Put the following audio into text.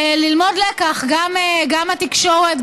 גם התקשורת,